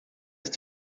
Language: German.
ist